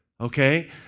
okay